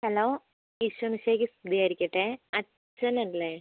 hello ഈശോമിശിഹായ്ക്ക് സ്തുതിയായിരിക്കട്ടെ അച്ചനല്ലേ